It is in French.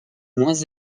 moins